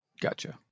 Gotcha